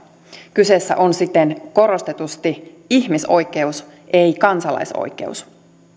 kyseessä on siten korostetusti ihmisoikeus ei kansalaisoikeus